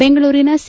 ಬೆಂಗಳೂರಿನ ಸಿ